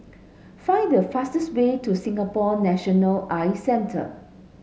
find the fastest way to Singapore National Eye Centre